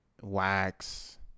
Wax